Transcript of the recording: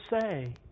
say